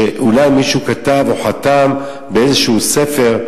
שאולי מישהו כתב או חתם באיזה ספר,